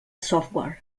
software